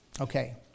Okay